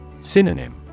Synonym